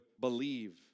believe